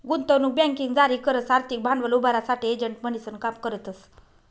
गुंतवणूक बँकिंग जारी करस आर्थिक भांडवल उभारासाठे एजंट म्हणीसन काम करतस